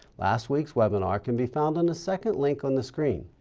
last week's webinar can be found on the second link on the screen